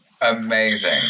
amazing